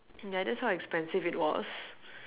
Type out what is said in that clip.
ya that's how expensive it was